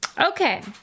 Okay